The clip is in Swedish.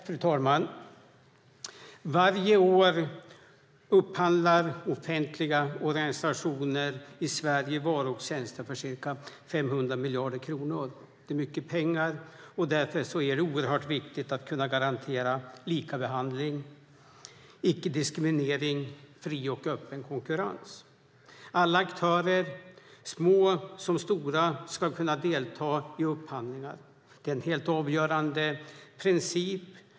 Fru talman! Varje år upphandlar offentliga organisationer i Sverige varor och tjänster för ca 500 miljarder kronor. Det är mycket pengar. Därför är det oerhört viktigt att kunna garantera likabehandling, icke-diskriminering och fri och öppen konkurrens. Alla aktörer, små som stora, ska kunna delta i upphandlingar. Det är en helt avgörande princip.